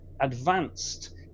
advanced